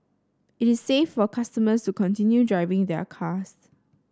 it is safe for customers to continue driving their cars